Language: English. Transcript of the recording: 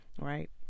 Right